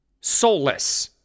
soulless